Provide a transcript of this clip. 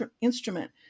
instrument